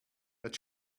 but